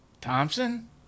Thompson